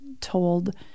told